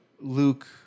Luke